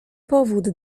powód